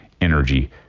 energy